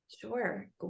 Sure